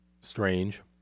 strange